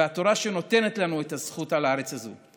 והתורה, שנותנת לנו את הזכות על הארץ הזו.